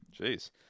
Jeez